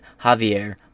javier